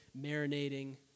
marinating